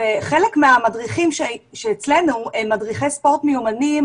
וחלק מהמדריכים שלנו הם מדריכי ספורט מיומנים,